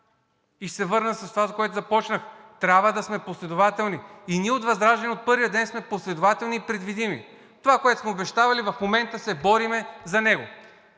И ще се върна на това, с което започнах – трябва да сме последователни. Ние от ВЪЗРАЖДАНЕ от първия ден сме последователни и предвидими. Това, което сме обещавали, в момента се борим за него.